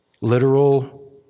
literal